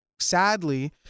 Sadly